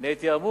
אני הייתי המום.